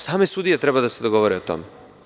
Same sudije treba da se dogovore o tome.